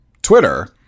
Twitter